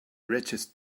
richest